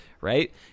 right